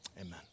Amen